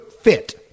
fit